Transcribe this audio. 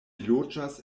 loĝas